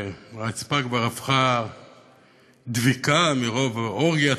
הרצפה כבר הפכה דביקה מרוב אורגיית